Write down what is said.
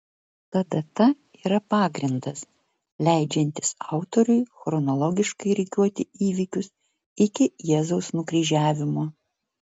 ta data yra pagrindas leidžiantis autoriui chronologiškai rikiuoti įvykius iki jėzaus nukryžiavimo